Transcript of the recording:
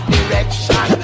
Direction